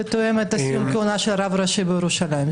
זה תואם את הכהונה של רב ראשי בירושלים.